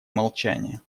молчания